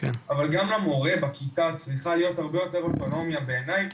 אבל גם למורה בכיתה צריכה להיות הרבה יותר אוטונומיה בעיניי.